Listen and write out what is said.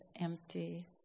empty